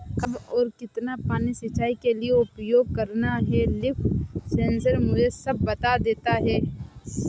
कब और कितना पानी सिंचाई के लिए उपयोग करना है लीफ सेंसर मुझे सब बता देता है